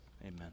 Amen